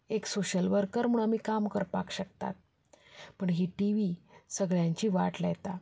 एक social worker म्हूण आमी काम करपाक शकतात पूण ही टी व्ही सगळ्यांची वाट लायता